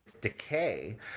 decay